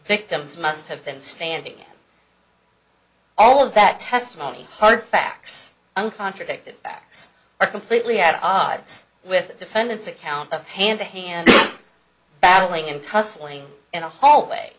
victims must have been standing all of that testimony hard facts i'm contradicting acts are completely at odds with defendant's account of hand to hand babbling in tussling in a hallway